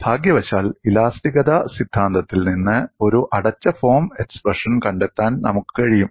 ഭാഗ്യവശാൽ ഇലാസ്തികത സിദ്ധാന്തത്തിൽ നിന്ന് ഒരു അടച്ച ഫോം എക്സ്പ്രഷൻ കണ്ടെത്താൻ നമുക്ക് കഴിയും